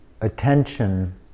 attention